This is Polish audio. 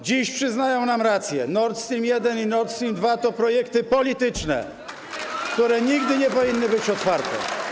Dziś przyznają nam rację, Nord Stream 1 i Nord Stream 2 to projekty polityczne, które nigdy nie powinny być otwarte.